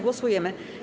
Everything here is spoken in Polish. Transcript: Głosujemy.